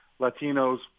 Latinos